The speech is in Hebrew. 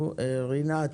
רינת,